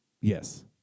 Yes